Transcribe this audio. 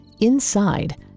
Inside